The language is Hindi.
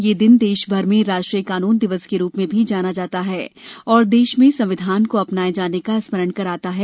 यह दिन देशभर में राष्ट्रीय कानून दिवस के रूप में भी जाना जाता है और देश में संविधान को अपनाये जाने का स्मरण कराता है